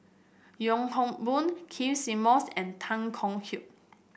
Yong Hock Boon Keith Simmons and Tan Kong Hye